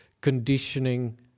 conditioning